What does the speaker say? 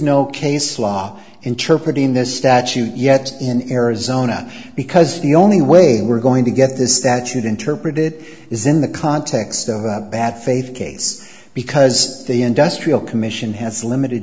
no case law interpret in this statute yet in arizona because the only way we're going to get the statute interpret it is in the context of a bad faith case because the industrial commission has limited